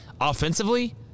offensively